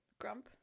Grump